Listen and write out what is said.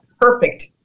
perfect